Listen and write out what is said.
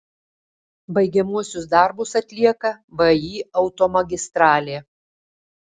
baigiamuosius darbus atlieka vį automagistralė